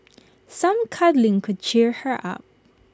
some cuddling could cheer her up